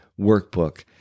Workbook